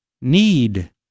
need